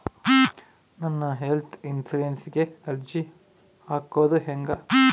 ನಾನು ಹೆಲ್ತ್ ಇನ್ಸುರೆನ್ಸಿಗೆ ಅರ್ಜಿ ಹಾಕದು ಹೆಂಗ?